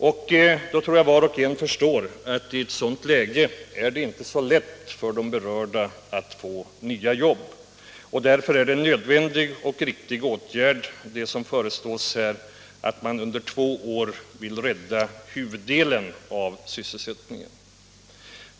Jag tror att var och en förstår att i ett sådant läge är det inte lätt för de berörda att få nya jobb. Därför är det en nödvändig och riktig åtgärd som här föreslås när man under två år vill rädda huvuddelen av sysselsättningen.